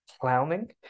clowning